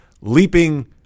leaping